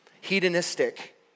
hedonistic